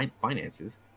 finances